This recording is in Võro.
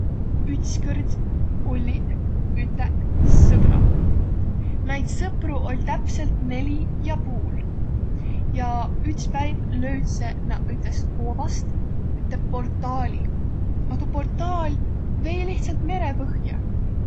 Ütskõrd olliq üteq sõbraq. Naid sõpru oll' täpselt neli ja puul. Ja ütspäiv löüdseq naaq ütest koobast üte portaali. A tuu portaal vei lihtsalt mere põhja.